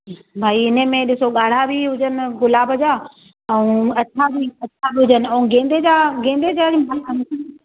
भाई हिन में ॾिसो गाढ़ा बि हुजनि गुलाब जा ऐं अछा बि अछा बि हुजनि ऐं गेंदे जा गेंदे जा